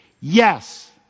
Yes